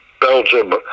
Belgium